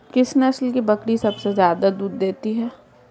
किस नस्ल की बकरी सबसे ज्यादा दूध देती है?